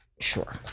Sure